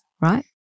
right